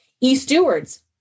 E-Stewards